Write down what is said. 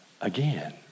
again